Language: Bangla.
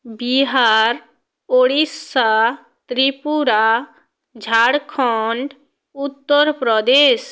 বিহার উড়িশ্যা ত্রিপুরা ঝাড়খন্ড উত্তরপ্রদেশ